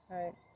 right